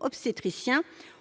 obstétriciens